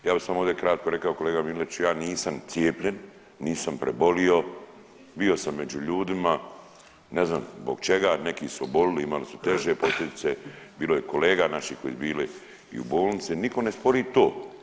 Ja bi ovdje samo kratko rekao kolega Miletiću ja nisam cijepljen, nisam prebolio, bio sam među ljudima, ne znam zbog čega neki su oboljeli imali su teže posljedice, bilo je kolega naših koji su bili i u bolnici, nitko ne spori to.